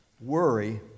worry